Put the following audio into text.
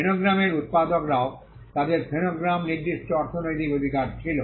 ফোনোগ্রামের উত্পাদকদেরও তাদের ফোনোগ্রামে নির্দিষ্ট অর্থনৈতিক অধিকার ছিল